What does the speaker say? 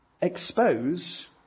Expose